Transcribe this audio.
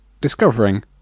discovering